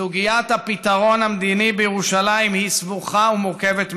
סוגיית הפתרון המדיני בירושלים היא סבוכה ומורכבת מאוד,